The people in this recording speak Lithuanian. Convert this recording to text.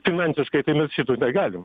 finansiškai tai mes šito negalim